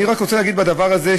אני רק רוצה להגיד בנושא הזה,